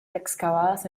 excavadas